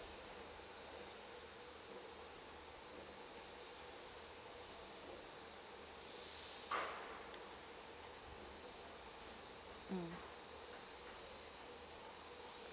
mm